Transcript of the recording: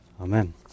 Amen